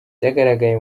byagaragaye